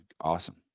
Awesome